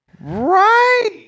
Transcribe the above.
Right